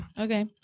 Okay